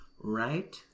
right